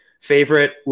favorite